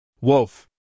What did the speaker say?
Wolf